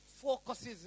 focuses